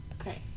Okay